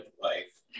life